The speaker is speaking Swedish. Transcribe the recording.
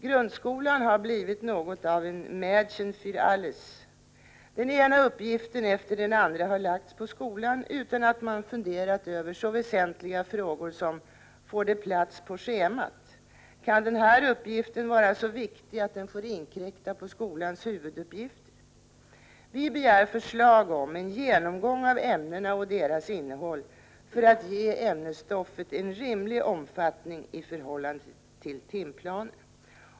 Grundskolan har blivit något av en ”Mädchen fär alles”. Den ena uppgiften efter den andra har lagts på skolan utan att man funderat över så väsentliga frågor som om uppgiften får plats på schemat eller om den kan vara så viktig att den får inkräkta på skolans huvuduppgifter. Vi begär därför förslag om en genomgång av ämnena och deras innehåll för att ge ämnesstoffet en rimlig omfattning i förhållande till timplanerna.